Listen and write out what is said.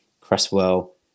Cresswell